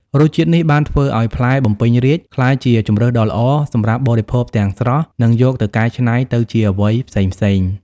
រសជាតិនេះបានធ្វើឱ្យផ្លែបំពេញរាជ្យក្លាយជាជម្រើសដ៏ល្អសម្រាប់បរិភោគទាំងស្រស់ និងយកទៅកែច្នៃទៅជាអ្វីផ្សេងៗ។